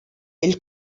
ell